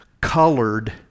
colored